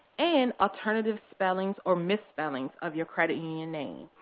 and alternative spellings or missed spellings of your credit union name.